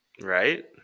Right